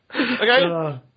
Okay